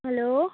hello